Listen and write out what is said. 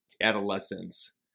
adolescence